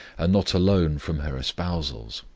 and not alone from her espousals.